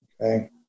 okay